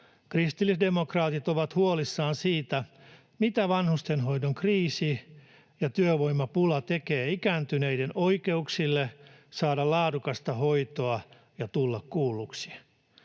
Kristillisdemokraatit ovat huolissaan siitä, mitä vanhustenhoidon kriisi ja työvoimapula tekevät ikääntyneiden oikeuksille saada laadukasta hoitoa ja tulla kuulluksi.